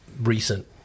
recent